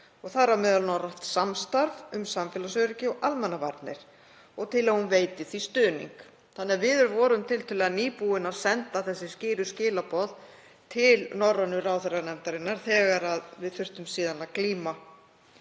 þar á meðal norrænt samstarf um samfélagsöryggi og almannavarnir til að hún veiti því stuðning. Við vorum því tiltölulega nýbúin að senda þessi skýru skilaboð til norrænu ráðherranefndarinnar þegar við þurftum síðan að glíma